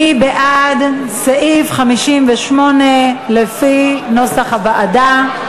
מי בעד סעיף 58 לפי נוסח הוועדה?